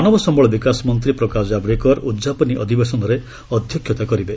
ମାନବ ସମ୍ଭଳ ବିକାଶ ମନ୍ତ୍ରୀ ପ୍ରକାଶ ଜାଭ୍ଡେକର ଉଦ୍ଯାପନୀ ଅଧିବେଶନରେ ଅଧ୍ୟକ୍ଷତା କରିବେ